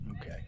Okay